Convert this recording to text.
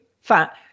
fat